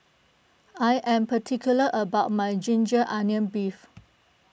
I am particular about my Ginger Onions Beef